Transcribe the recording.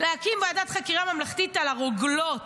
להקים ועדת חקירה ממלכתית על הרוגלות,